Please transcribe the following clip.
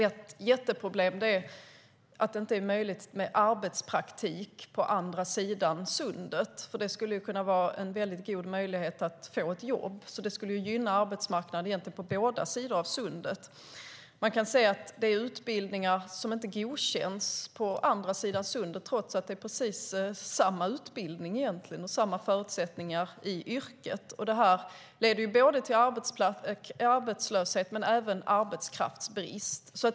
Ett jätteproblem är att det inte är möjligt med arbetspraktik på andra sidan sundet. Det skulle kunna vara en väldigt god möjlighet att få ett jobb. Det skulle gynna arbetsmarknaden på båda sidor av sundet. Man kan se att det finns utbildningar som inte godkänns på andra sidan sundet, trots att det egentligen är precis samma utbildningar och samma förutsättningar i yrket. Det leder till arbetslöshet men även arbetskraftsbrist.